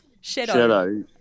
Shadow